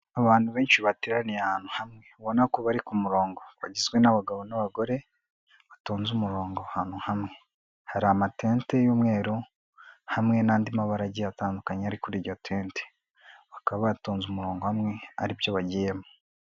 Abantu benshi bateraniye ahantu hamwe, ubona ko bari ku murongo, bagizwe n'abagabo, n'abagore, batonze umurongo ahantu hamwe, hari amatente y'umweru, hamwe n'andi mabara agiye atandukanye, ari kuri iryo tente, bakaba batonze umurongo hamwe aribyo bagiyemo.